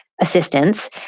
assistance